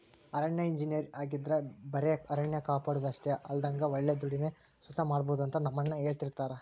ಅರಣ್ಯ ಇಂಜಿನಯರ್ ಆಗಿದ್ರ ಬರೆ ಅರಣ್ಯ ಕಾಪಾಡೋದು ಅಷ್ಟೆ ಅಲ್ದಂಗ ಒಳ್ಳೆ ದುಡಿಮೆ ಸುತ ಮಾಡ್ಬೋದು ಅಂತ ನಮ್ಮಣ್ಣ ಹೆಳ್ತಿರ್ತರ